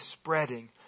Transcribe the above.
spreading